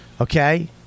okay